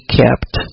kept